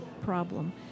problem